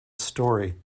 story